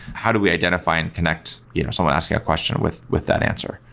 how do we identify and connect you know someone asking a question with with that answer,